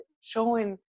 showing